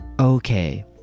Okay